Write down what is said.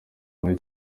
muri